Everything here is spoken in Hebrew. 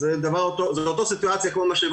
מה יש לך להוסיף?